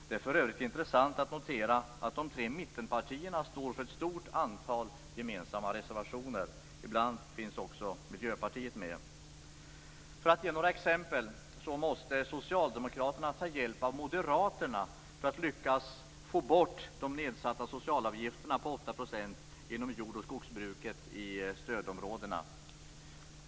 För övrigt är det intressant att notera att de tre mittenpartierna står för ett stort antal gemensamma reservationer. Ibland finns också Miljöpartiet med. Socialdemokraterna måste, för att ge några exempel, ta hjälp av Moderaterna för att lyckas få bort de nedsatta socialavgifterna på 8 % inom jord och skogsbruket i stödområdena.